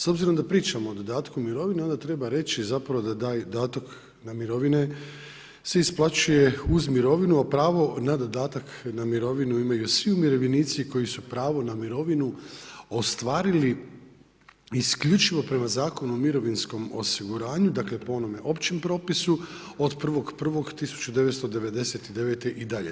S obzirom da pričamo o dodatku mirovine, onda treba reći zapravo da taj dodatak na mirovine se isplaćuje uz mirovinu, a pravo na dodatak na mirovinu imaju svi umirovljenici koji su pravo na mirovinu ostvarili isključivo prema Zakonu o mirovinskom osiguranju dakle po onome općem propisu od 1.1.1999. i dalje.